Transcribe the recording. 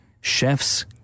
Chefs